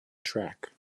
track